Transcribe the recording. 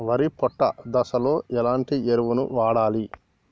వరి పొట్ట దశలో ఎలాంటి ఎరువును వాడాలి?